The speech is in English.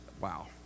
wow